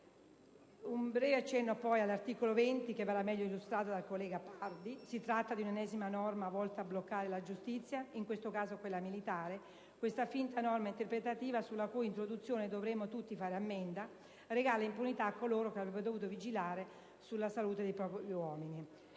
un breve accenno sull'articolo 20, che verrà poi illustrato in modo migliore dal collega Pardi. Si tratta dell'ennesima norma volta a bloccare la giustizia che, nel caso specifico, è quella militare. Questa finta norma interpretativa, sulla cui introduzione dovremmo fare tutti ammenda, regala l'impunità a coloro che avrebbero dovuto vigilare sulla salute dei propri uomini.